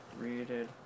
readed